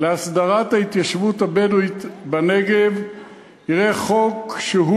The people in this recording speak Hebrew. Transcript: להסדרת ההתיישבות הבדואית בנגב יראה חוק שהוא